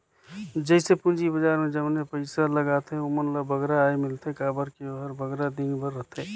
जइसे पूंजी बजार में जमने पइसा लगाथें ओमन ल बगरा आय मिलथे काबर कि ओहर बगरा दिन बर रहथे